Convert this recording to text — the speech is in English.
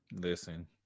Listen